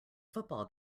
football